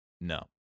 No